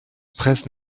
presse